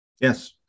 Yes